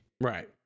Right